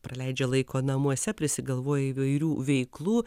praleidžia laiko namuose prisigalvoja įvairių veiklų